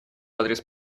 адрес